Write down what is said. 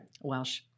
Welsh